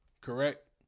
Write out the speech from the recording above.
Correct